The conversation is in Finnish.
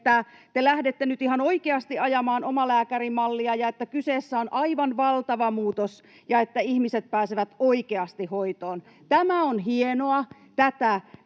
nyt ihan oikeasti ajamaan omalääkärimallia ja että kyseessä on aivan valtava muutos ja että ihmiset pääsevät oikeasti hoitoon. Tämä on hienoa